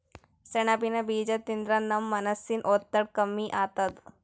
ಸೆಣಬಿನ್ ಬೀಜಾ ತಿಂದ್ರ ನಮ್ ಮನಸಿನ್ ಒತ್ತಡ್ ಕಮ್ಮಿ ಆತದ್